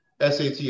SAT